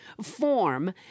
form